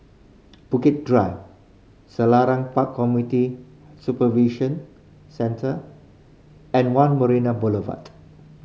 Bukit Drive Selarang Park Community Supervision Centre and One Marina Boulevard